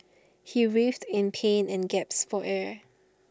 he writhed in pain and gasped for air